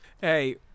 Hey